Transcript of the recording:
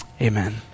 Amen